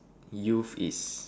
youth is